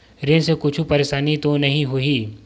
ऋण से कुछु परेशानी तो नहीं होही?